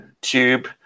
Tube